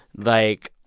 like,